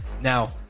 Now